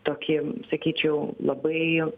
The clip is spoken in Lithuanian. tokį sakyčiau labai